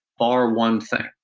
bar one thing,